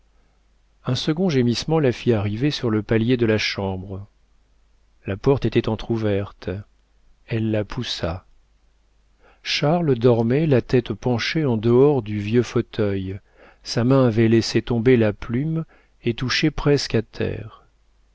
un second gémissement la fit arriver sur le palier de la chambre la porte était entr'ouverte elle la poussa charles dormait la tête penchée en dehors du vieux fauteuil sa main avait laissé tomber la plume et touchait presque à terre